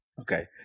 Okay